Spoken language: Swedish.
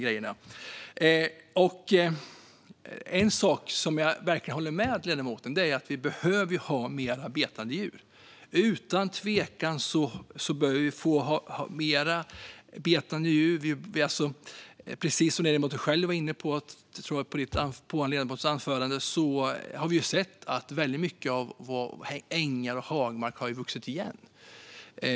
En sak som jag verkligen håller med ledamoten om är att vi behöver fler betande djur. Precis som ledamoten själv tog upp i sitt anförande har vi sett att mycket av ängar och hagmark har vuxit igen.